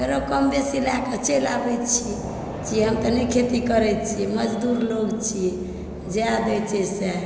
फेरो कम बेसी लए कऽ चलि आबय छियै हम तऽ नहि खेती करए छियै मजदूर लोग छियै ज्याह देइ छै सैह